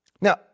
Now